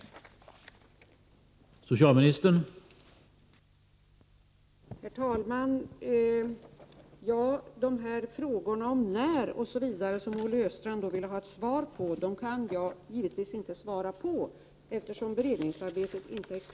19 januari 1989